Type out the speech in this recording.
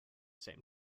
same